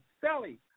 Sally